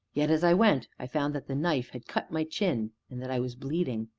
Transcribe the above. yet, as i went, i found that the knife had cut my chin, and that i was bleeding.